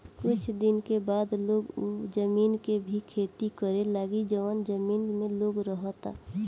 कुछ दिन के बाद लोग उ जमीन के भी खेती करे लागी जवन जमीन में लोग रहता